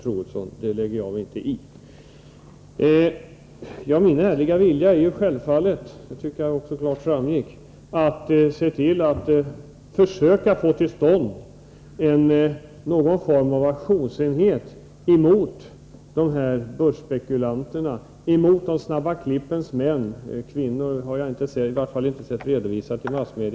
Det lägger jag mig inte i. Min ärliga vilja är självfallet — det tycker jag också klart framgick — att försöka få till stånd någon form av aktionsenhet emot de här börsspekulanterna, emot de snabba klippens män. Jag har inte sett i massmedia att det rör sig om några kvinnor.